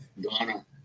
Donna